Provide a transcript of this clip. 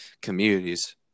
communities